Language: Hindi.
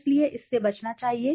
इसलिए इससे बचना चाहिए